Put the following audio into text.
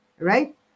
Right